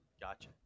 Gotcha